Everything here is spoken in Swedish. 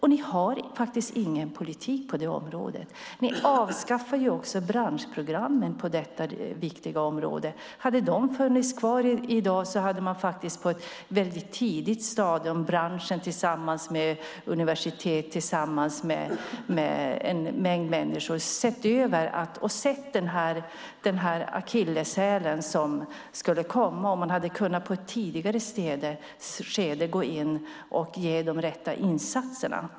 Ni har ingen politik på det området. Ni avskaffade branschprogrammen på detta viktiga område. Hade de funnits kvar i dag hade branschen tillsammans med universiteten och en mängd människor förutsett den här akilleshälen, och man hade på ett tidigare skede kunnat gå in och göra de rätta insatserna.